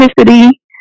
authenticity